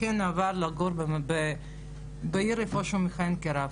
כן עבר לגור בעיר שבה הוא מכהן כרב.